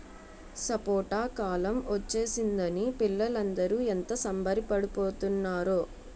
సపోటా కాలం ఒచ్చేసిందని పిల్లలందరూ ఎంత సంబరపడి పోతున్నారో